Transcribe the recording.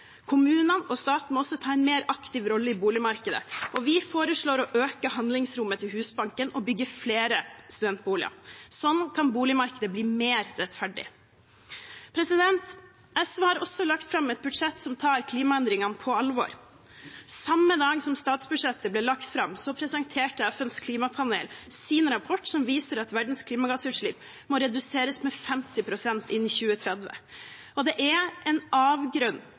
Kommunene og staten må ta en mer aktiv rolle i boligmarkedet, og vi foreslår å øke handlingsrommet til Husbanken og bygge flere studentboliger. Slik kan boligmarkedet bli mer rettferdig. SV har også lagt fram et budsjett som tar klimaendringene på alvor. Samme dag som statsbudsjettet ble lagt fram, presenterte FNs klimapanel en rapport som viser at verdens klimagassutslipp må reduseres med 50 pst. innen 2030. Det er en avgrunn